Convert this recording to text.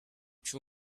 too